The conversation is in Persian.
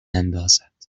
اندازد